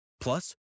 Plus